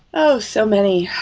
oh, so many.